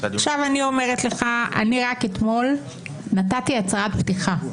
אני אומרת לך, אני רק אתמול נתתי הצהרת פתיחה.